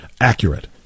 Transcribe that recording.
accurate